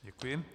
Děkuji.